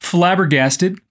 Flabbergasted